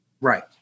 Right